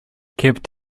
kept